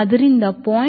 ಆದ್ದರಿಂದ 0